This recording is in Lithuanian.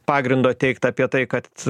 pagrindo teigt apie tai kad